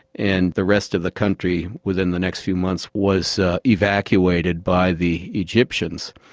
and the rest of the country within the next few months was evacuated by the egyptians.